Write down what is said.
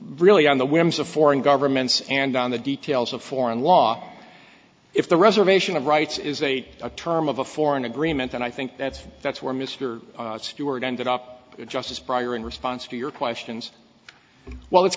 really on the whims of foreign governments and on the details of foreign law if the reservation of rights is a term of a foreign agreement and i think that's that's where mr stewart ended up just as prior in response to your questions well it's